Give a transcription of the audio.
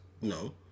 no